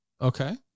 Okay